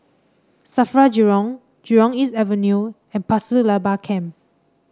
Safra Jurong Jurong East Avenue and Pasir Laba Camp